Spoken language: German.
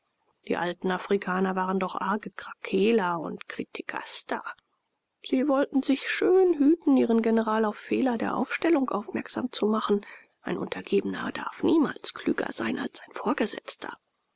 die alten afrikaner waren doch arge krakeeler und kritikaster sie wollten sich schön hüten ihren general auf fehler der aufstellung aufmerksam zu machen ein untergebener darf niemals klüger sein als sein vorgesetzter